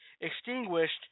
extinguished